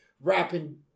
rapping